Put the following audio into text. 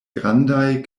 grandaj